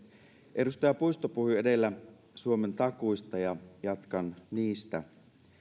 edustaja puisto puhui edellä suomen takuista ja jatkan niistä